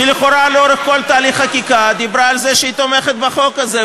שלכאורה לאורך כל תהליך החקיקה דיברה על זה שהיא תומכת בחוק הזה,